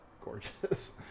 gorgeous